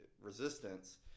resistance